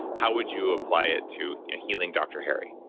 how would you apply it to healing dr. harry?